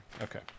Okay